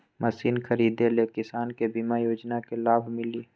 Machine खरीदे ले किसान के बीमा योजना के लाभ मिली?